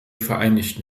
vereinigten